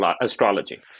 astrology